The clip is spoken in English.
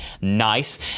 Nice